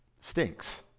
stinks